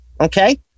Okay